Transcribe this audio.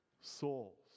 souls